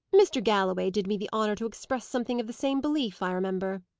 mr. galloway did me the honour to express something of the same belief, i remember.